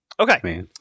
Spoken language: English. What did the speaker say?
Okay